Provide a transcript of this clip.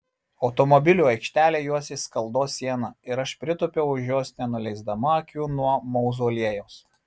automobilių aikštelę juosė skaldos siena ir aš pritūpiau už jos nenuleisdama akių nuo mauzoliejaus